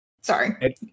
Sorry